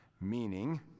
Meaning